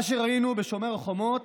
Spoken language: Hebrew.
מה שראינו בשומר החומות